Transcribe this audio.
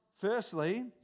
firstly